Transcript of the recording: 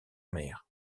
mer